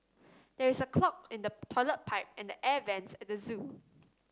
there is a clog in the toilet pipe and the air vents at the zoo